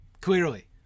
Clearly